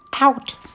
OUT